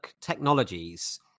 Technologies